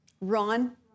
Ron